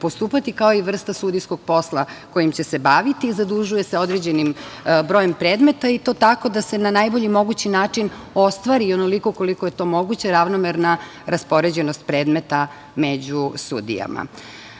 kao i vrsta sudijskog posla kojim će se baviti, zadužuju se određenim brojem predmeta, i to tako da se na najbolji mogući način ostvari, onoliko koliko je to moguće, ravnomerna raspoređenost predmeta među sudijama. Osim